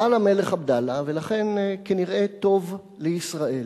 רע למלך עבדאללה, ולכן כנראה טוב לישראל.